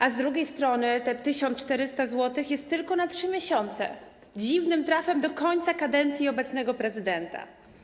A z drugiej strony te 1400 zł jest tylko na 3 miesiące, dziwnym trafem do końca kadencji obecnego prezydenta.